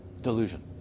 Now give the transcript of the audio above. delusion